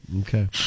okay